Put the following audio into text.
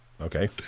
Okay